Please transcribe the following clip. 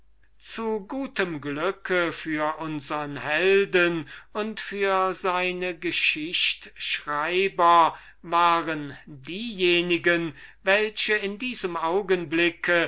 zu gutem glück für unsern helden und für den autor waren diejenigen welche in diesem augenblick